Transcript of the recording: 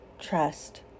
Trust